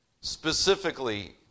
Specifically